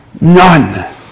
None